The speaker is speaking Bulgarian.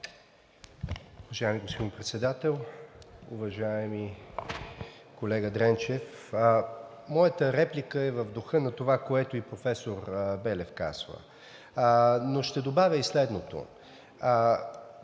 Уважаеми господин Председател! Уважаеми колега Дренчев, моята реплика е в духа на това, което и професор Белев казва, но ще добавя и следното: